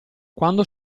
quando